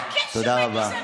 מה הקשר בין גזענות לצבא?